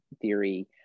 theory